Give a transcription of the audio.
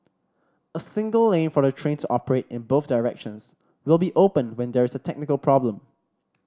a single lane for the train to operate in both directions will be open when there's a technical problem